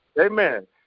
Amen